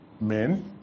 men